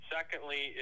Secondly